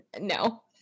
No